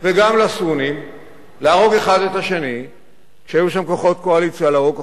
וגם לסונים להרוג אלה את אלה,